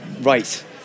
Right